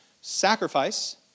Sacrifice